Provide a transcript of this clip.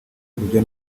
urujya